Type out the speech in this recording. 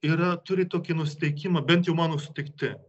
yra turi tokį nusiteikimą bent jau mano sutikti